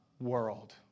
world